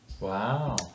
wow